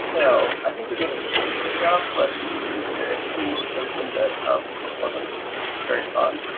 you know i think we did ah a decent job, but with the key distinction that it just wasn't very fun.